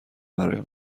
برایم